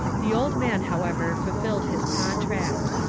the old man, however, ful filled his contract.